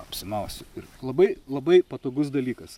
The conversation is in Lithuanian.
apsimausiu ir labai labai patogus dalykas